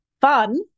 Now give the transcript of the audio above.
fun